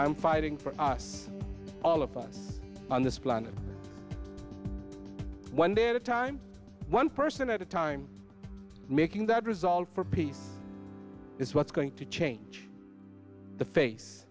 i'm fighting for us all of us on this planet one day at a time one person at a time making that resolve for peace is what's going to change the face